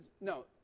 no